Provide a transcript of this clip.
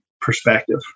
perspective